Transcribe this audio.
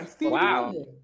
Wow